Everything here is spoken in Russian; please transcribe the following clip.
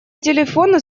телефону